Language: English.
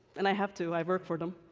and i have to. i work for them.